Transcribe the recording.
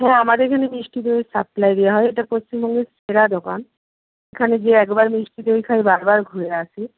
হ্যাঁ আমাদের এখানে মিষ্টি দইয়ের সাপ্লাই দেওয়া হয় এটা পশ্চিমবঙ্গের সেরা দোকান এখানে যে একবার মিষ্টি দই খায় বারবার ঘুরে আসে